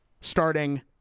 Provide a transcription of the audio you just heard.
starting